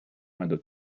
cuando